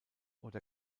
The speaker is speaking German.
oder